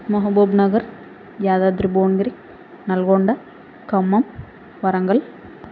Mahabubnagar Yadadri Bhuvanagiri Nalgonda Khammam Warangal